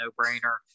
no-brainer